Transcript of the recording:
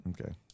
Okay